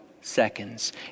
seconds